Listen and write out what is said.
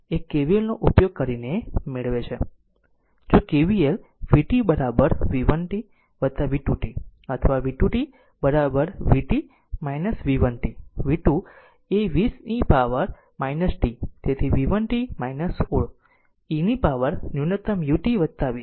જો KVL vt v1 t v2 t or v2 t vt v1 t v2 એ 20 e power t મળ્યું તેથીv1 t 16 e power પર ન્યુનતમ u t 20